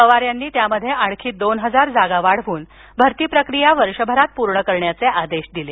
पवार यांनी त्यात आणखी दोन हजार जागा वाढवून भरती प्रक्रिया वर्षभरात पूर्ण करण्याचे आदेश दिले